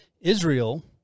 Israel